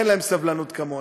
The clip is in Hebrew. אין להם סבלנות כמוני.